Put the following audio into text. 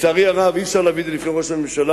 לצערי הרב אי-אפשר להביא את זה בפני ראש הממשלה,